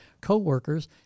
co-workers